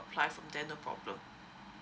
apply from there no problem